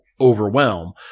overwhelm